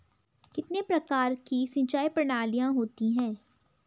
कितने प्रकार की सिंचाई प्रणालियों होती हैं?